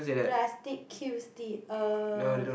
plastic kills the earth